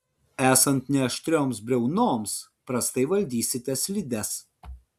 esant neaštrioms briaunoms prastai valdysite slides